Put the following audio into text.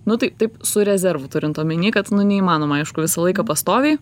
nu tai taip su rezervu turint omeny kad neįmanoma aišku visą laiką pastoviai